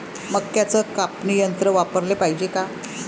मक्क्याचं कापनी यंत्र वापराले पायजे का?